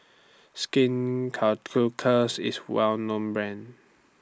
Skin Ceuticals IS A Well known Brand